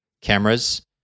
cameras